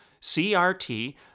CRT